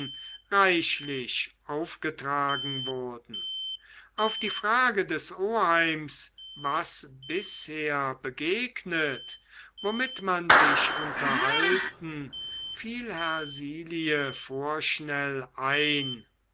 reichlich aufgetragen wurden auf die frage des oheims was bisher begegnet womit man sich unterhalten fiel hersilie vorschnell ein